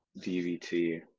dvt